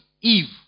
Eve